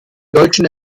deutschen